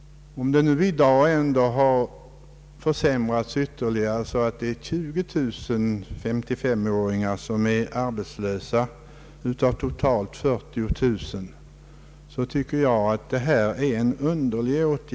Kanske har läget i dag försämrats så att 20000 55-åringar och äldre är arbetslösa. Mot den bakgrunden tycker jag att motionärernas förslag är underligt.